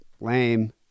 lame